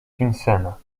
finsena